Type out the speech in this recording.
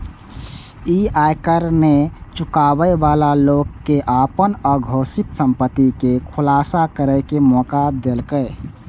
ई आयकर नै चुकाबै बला लोक कें अपन अघोषित संपत्ति के खुलासा करै के मौका देलकै